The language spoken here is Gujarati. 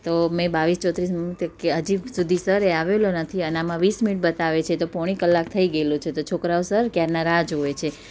તો મેં બાવીસ ચોત્રીસ હજી સુધી સર એ આવેલો નથી અને આમાં વીસ મિનિટ બતાવે છે તો પોણો કલાક થઈ ગયેલું છે તો છોકરાઓ સર ક્યારના રાહ જુએ છે